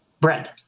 bread